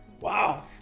wow